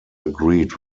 agreed